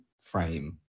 frame